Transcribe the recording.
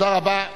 (מחיאות כפיים) רבותי,